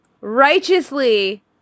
righteously